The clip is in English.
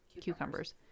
cucumbers